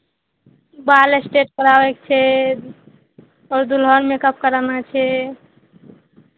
बाल स्ट्रेट करावयके छै आओर दुलहन मेकअप कराना छै